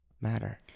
matter